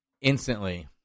instantly